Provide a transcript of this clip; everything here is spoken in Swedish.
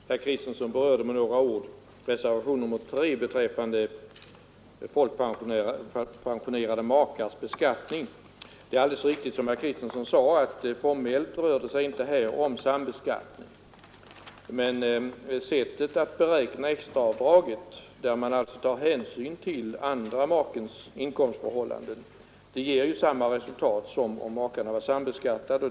Herr talman! Herr Kristenson berörde med några ord reservationen 3 beträffande folkpensionerade makars beskattning. Det är alldeles riktigt som herr Kristenson sade att det här inte formellt rör sig om sambeskattning, men sättet att beräkna extraavdraget — där man alltså tar hänsyn till den andre makens inkomstförhållanden — ger samma resultat som om makarna var sambeskattade.